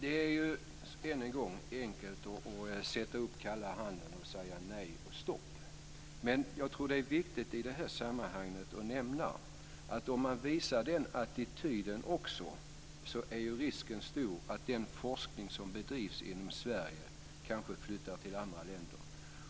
Fru talman! Det är enkelt att sätta upp kalla handen och säga nej och stopp. Men jag tror att det är viktigt att nämna i det här sammanhanget att om man visar den attityden är risken stor att den forskning som bedrivs i Sverige kanske flyttar till andra länder.